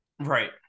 Right